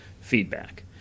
feedback